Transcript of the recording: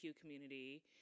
community